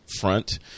front